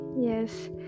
yes